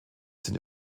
sind